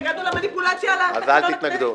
התנגדנו למניפולציה על --- אז אל תתנגדו.